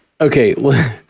Okay